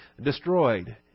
destroyed